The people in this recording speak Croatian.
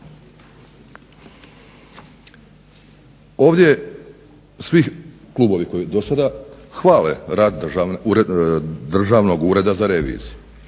Ovdje svi klubovi do sada hvale rad Državnog ureda za reviziju.